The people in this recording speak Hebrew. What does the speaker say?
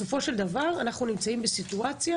לצערי, אנחנו נמצאים בסיטואציה